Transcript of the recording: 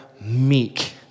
meek